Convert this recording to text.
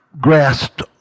grasped